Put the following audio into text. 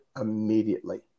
immediately